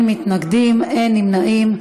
בעד, 8, אין מתנגדים ואין נמנעים.